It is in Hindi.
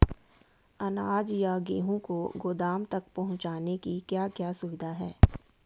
अनाज या गेहूँ को गोदाम तक पहुंचाने की क्या क्या सुविधा है?